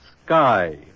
sky